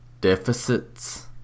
deficits